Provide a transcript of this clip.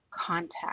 Contact